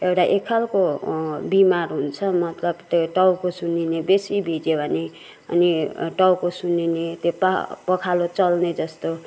एउटा एकखालको बिमार हुन्छ मतलब त्यो टाउको सुन्निने बेसी भिज्यो भने अनि टाउको सुन्निने त्यो पा पखालो चल्ने जस्तो